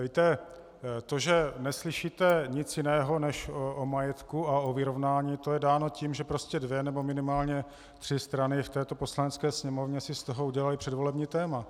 Víte, to, že neslyšíte nic jiného než o majetku a o vyrovnání, to je dáno tím, že prostě dvě nebo minimálně tři strany v této Poslanecké sněmovně si z toho udělaly předvolební téma.